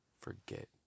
forget